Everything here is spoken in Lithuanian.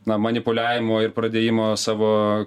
na manipuliavimo ir pradėjimo savo